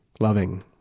loving